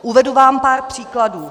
Uvedu vám pár příkladů.